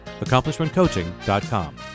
AccomplishmentCoaching.com